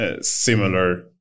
similar